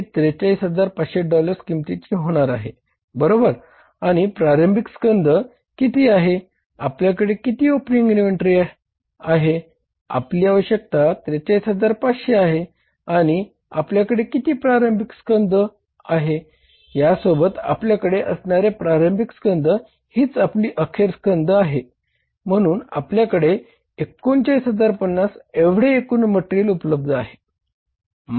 हे 43500 डॉलर्स किंमतीचे होणार आहे बरोबर आणि प्रारंभिक स्कंध उपलब्ध आहे